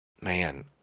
man